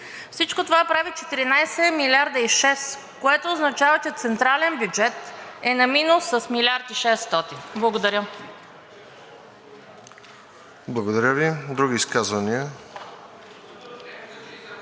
Всичко това прави 14,6 милиарда, което означава, че централният бюджет е на минус с 1 млрд. и 600. Благодаря.